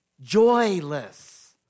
joyless